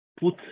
put